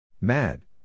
Mad